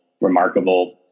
remarkable